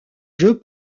jeux